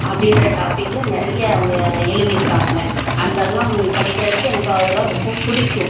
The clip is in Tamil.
அப்படின்ற டாபிக்கில் நிறைய அவங்க எழுதிருக்காப்ல அந்த அதலாம் படிக்கிறதுக்கு எனக்கு அதுலாம் ரொம்ப பிடிக்கும்